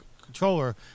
controller